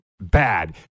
bad